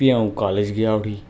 फ्ही अ'ऊं कालेज गेआ उठी